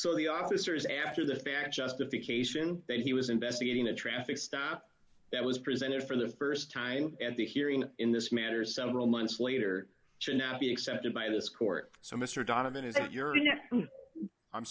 so the officers after the fact justification that he was investigating a traffic stop that was presented for the st time and the hearing in this matter several months later should not be accepted by this court so mr donovan